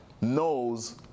knows